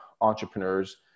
entrepreneurs